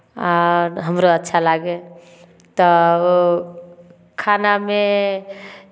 आओर हमरो अच्छा लागय तऽ ओ खानामे